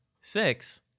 six